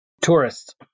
tourists